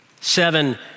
Seven